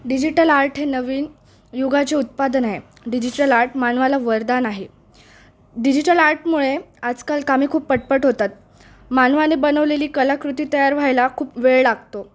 digital art हे नवीन युगाचे उत्पादन आहे डिजिटल आर्ट मानवाला वरदान आहे डिजिटल आर्टमुळे आजकाल कामे खूप पटपट होतात मानवाने बनवलेली कलाकृती तयार व्हायला खूप वेळ लागतो